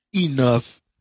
enough